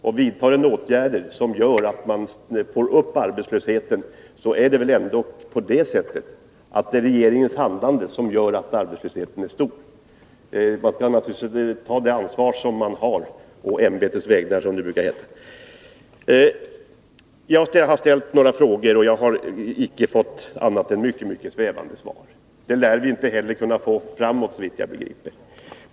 Och vidtar regeringen åtgärder som ökar arbetslösheten, är det väl ändå regeringens handlande som gör att arbetslösheten är stor. Man skall naturligtvis ta det ansvar som man har på ämbetets vägnar, som det brukar heta. Jag har ställt några frågor, men jag har icke fått annat än mycket svävande svar. Något annat lär vi inte kunna få senare heller, såvitt jag begriper.